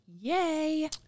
Yay